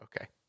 okay